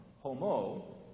homo